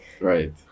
Right